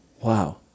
wow